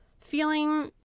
feeling